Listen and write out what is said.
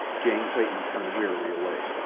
jane clayton turned wearily away.